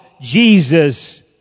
Jesus